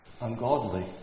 ungodly